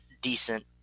decent